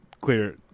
clear